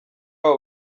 abo